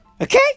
okay